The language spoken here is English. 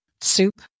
soup